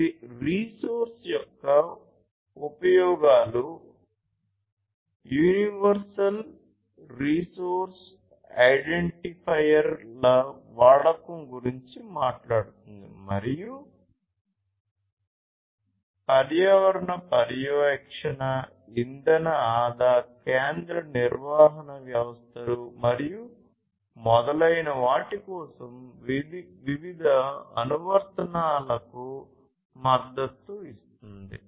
ఇది రిసోర్స్ యొక్క ఉపయోగాలు యూనివర్సల్ రిసోర్స్ ఐడెంటిఫైయర్ల వాడకం గురించి మాట్లాడుతుంది మరియు పర్యావరణ పర్యవేక్షణ ఇంధన ఆదా కేంద్ర నిర్వహణ వ్యవస్థలు మరియు మొదలైన వాటి కోసం వివిధ అనువర్తనాలకు మద్దతు ఇస్తుంది